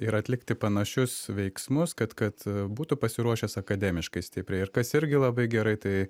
ir atlikti panašius veiksmus kad kad būtų pasiruošęs akademiškai stipriai ir kas irgi labai gerai tai